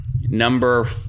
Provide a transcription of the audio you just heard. Number